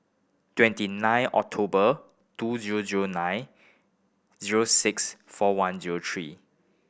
twenty nine October two zero zero nine zero six four one zero three